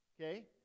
Okay